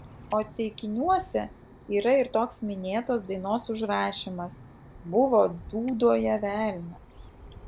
o ceikiniuose yra ir toks minėtos dainos užrašymas buvo dūdoje velnias